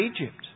Egypt